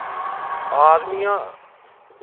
आदमी आं